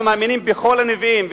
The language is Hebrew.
אנחנו מאמינים בכל הנביאים,